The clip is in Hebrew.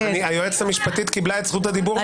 היועצת המשפטית קיבלה את זכות הדיבור.